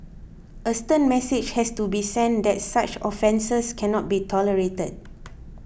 a stern message has to be sent that such offences cannot be tolerated